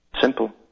Simple